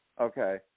Okay